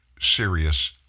serious